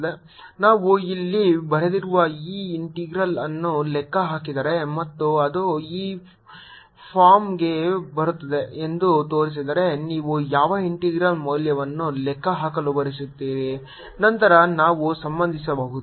ನಾವು ಇಲ್ಲಿ ಬರೆದಿರುವ ಈ ಇಂಟೆಗ್ರಲ್ಅನ್ನು ಲೆಕ್ಕ ಹಾಕಿದರೆ ಮತ್ತು ಅದು ಈ ಫಾರ್ಮ್ಗೆ ಬರುತ್ತದೆ ಎಂದು ತೋರಿಸಿದರೆ ನೀವು ಯಾವ ಇಂಟೆಗ್ರಲ್ ಮೌಲ್ಯವನ್ನು ಲೆಕ್ಕ ಹಾಕಲು ಬಯಸುತ್ತೀರಿ ನಂತರ ನಾವು ಸಂಬಂಧಿಸಬಹುದು